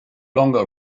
longer